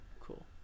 Cool